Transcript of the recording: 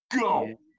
Go